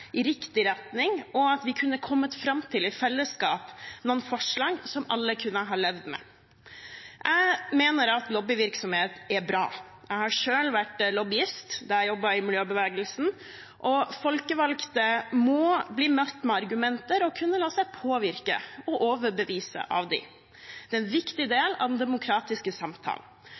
i riktig retning, og at vi i fellesskap kunne kommet fram til noen forslag som alle kunne levd med. Jeg mener lobbyvirksomhet er bra. Jeg har selv vært lobbyist da jeg jobbet i miljøbevegelsen, og folkevalgte må bli møtt med argumenter og kunne la seg påvirke og overbevise av dem. Det er en viktig del av den demokratiske samtalen.